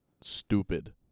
stupid